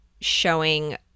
showing